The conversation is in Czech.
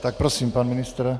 Tak prosím, pan ministr.